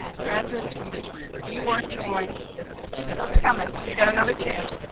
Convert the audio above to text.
graduates you are joined it's coming you got another chance